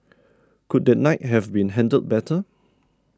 could that night have been handled better